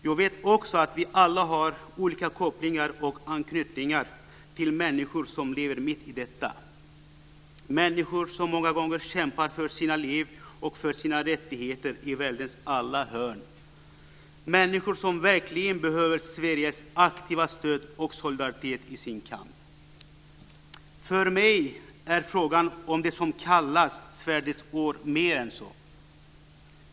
Jag vet också att vi alla har olika kopplingar och anknytningar till människor som lever mitt i detta. Det är människor som många gånger kämpar för sina liv och för sina rättigheter i världens alla hörn - människor som verkligen behöver Sveriges aktiva stöd och solidaritet i sin kamp. För mig är frågan om det som kallas svärdets år mer än så.